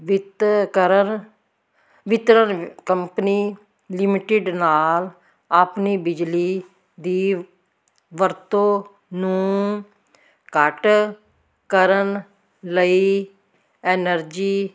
ਵਿਤਕਰ ਵਿਤਰਨ company limited ਨਾਲ ਆਪਣੀ ਬਿਜਲੀ ਦੀ ਵਰਤੋਂ ਨੂੰ ਘੱਟ ਕਰਨ ਲਈ ਐਨਰਜੀ